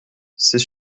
c’est